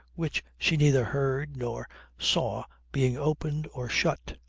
which she neither heard nor saw being opened or shut.